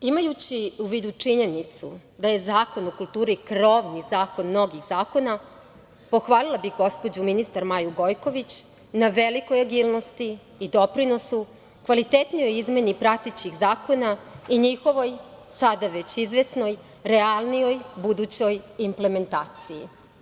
Imajući u vidu činjenicu da je Zakon o kulturi krovni zakon mnogih zakona, pohvalila bih gospođu ministar Maju Gojković, na velikoj agilnosti i doprinosu, kvalitetnoj izmeni pratećih zakona i njihovoj, sada već izvesnoj realnoj budućoj implementaciji.